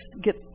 get